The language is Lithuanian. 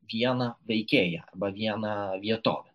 vieną veikėją arba vieną vietovę